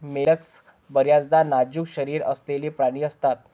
mollusc बर्याचदा नाजूक शरीर असलेले प्राणी असतात